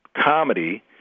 comedy